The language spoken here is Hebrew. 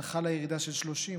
שבהן חלה ירידה של 30%,